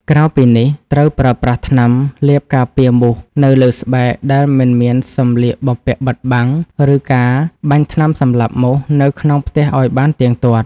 ក្រៅពីនេះ ត្រូវប្រើប្រាស់ថ្នាំលាបការពារមូសនៅលើស្បែកដែលមិនមានសម្លៀកបំពាក់បិទបាំង ឬការបាញ់ថ្នាំសម្លាប់មូសនៅក្នុងផ្ទះឱ្យបានទៀងទាត់។